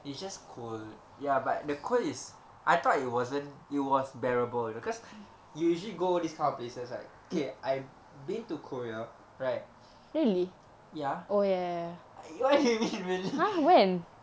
it's just cool ya but the cold is I thought it wasn't it was bearable because usually go this kind of places like K I been to korea right ya what do you mean really